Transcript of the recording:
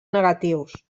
negatius